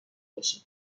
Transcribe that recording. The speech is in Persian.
باشه